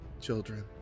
children